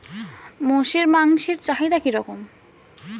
মোষের মাংসের চাহিদা কি রকম?